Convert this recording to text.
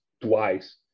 twice